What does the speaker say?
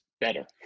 better